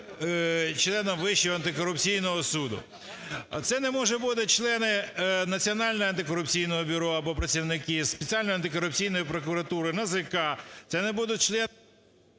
членом Вищого антикорупційного осуду. Це не можуть бути члени Національного антикорупційного бюро або працівники Спеціальної антикорупційної прокуратури, НАЗК. Це не будуть…